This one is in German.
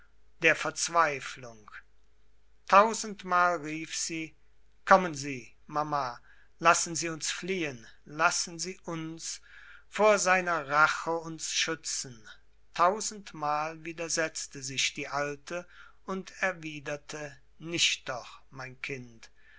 der verzweiflung tausendmal rief sie kommen sie mama lassen sie uns fliehen lassen sie uns vor seiner rache uns schützen tausendmal widersetzte sich die alte und erwiderte nicht doch mein kind